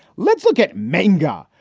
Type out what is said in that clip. let's look at manga.